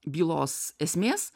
bylos esmės